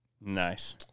Nice